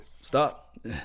Stop